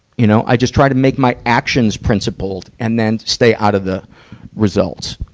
you know, i just try to make my actions principled and then stay out of the results.